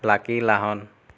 Lucky Lahon